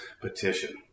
petition